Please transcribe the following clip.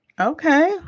Okay